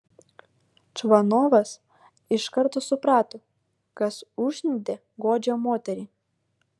čvanovas iš karto suprato kas užsiundė godžią moterį